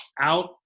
out